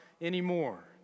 anymore